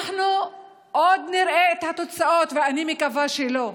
אנחנו עוד נראה את התוצאות, ואני מקווה שלא.